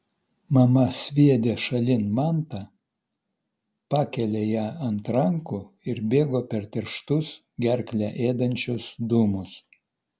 mama sviedė šalin mantą pakėlė ją ant rankų ir bėgo per tirštus gerklę ėdančius dūmus